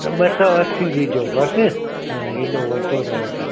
हा त ॿ सौ असी ॾिजो बसि हा एॾो वठो अथव त